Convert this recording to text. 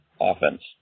offense